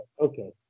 okay